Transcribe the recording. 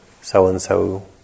so-and-so